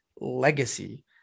legacy